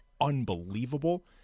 unbelievable